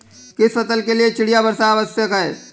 किस फसल के लिए चिड़िया वर्षा आवश्यक है?